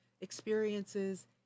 experiences